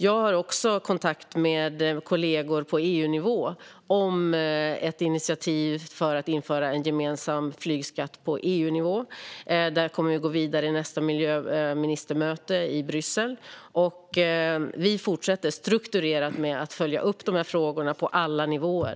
Jag har också kontakt med kollegor på EU-nivå om ett initiativ för att införa en gemensam flygskatt på EU-nivå, och där kommer vi att gå vidare vid nästa miljöministermöte i Bryssel. Vi fortsätter med att strukturerat följa upp dessa frågor på alla nivåer.